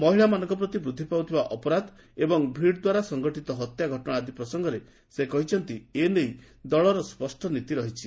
ମହିଳାମାନଙ୍କ ପ୍ରତି ବୃଦ୍ଧି ପାଉଥିବା ଅପରାଧ ଓ ଭିଡ଼ଦ୍ୱାରା ସଙ୍ଗଠିତ ହତ୍ୟା ଘଟଣା ଆଦି ପ୍ରସଙ୍ଗରେ ସେ କହିଛନ୍ତି ଏ ନେଇ ଦଳର ସ୍ୱଷ୍ଟ ନୀତି ରହିଛି